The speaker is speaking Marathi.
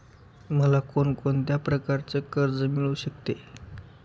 मला कोण कोणत्या प्रकारचे कर्ज मिळू शकते?